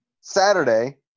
Saturday